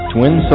Twin